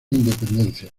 independencia